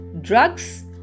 drugs